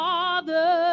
Father